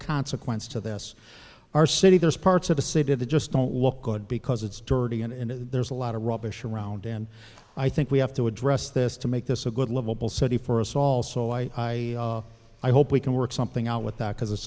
consequence to this our city there's parts of the city the just don't look good because it's dirty and there's a lot of rubbish around and i think we have to address this to make this a good livable city for us all so i hope we can work something out with that because it's